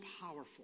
powerful